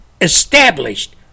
established